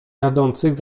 jadących